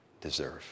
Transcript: deserve